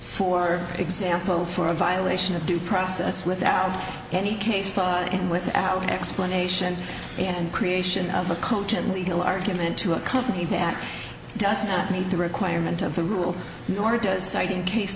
for example for a violation of due process without any case law and without explanation and creation of a cogent legal argument to a company that doesn't meet the requirement of the rule nor does citing case